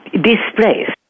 displaced